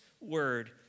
word